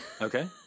Okay